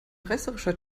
reißerischer